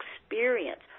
experience